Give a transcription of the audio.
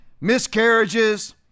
miscarriages